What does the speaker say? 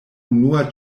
unua